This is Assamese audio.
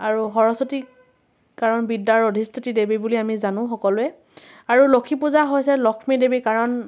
আৰু সৰস্বতীক কাৰণ বিদ্যাৰ অধিষ্ঠাত্ৰী দেৱী বুলি আমি জানো সকলোৱে আৰু লক্ষী পূজা হৈছে লক্ষ্মী দেৱী কাৰণ